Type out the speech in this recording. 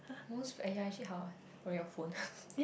most but !aiya! actually how ah from your phone